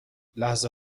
لحظه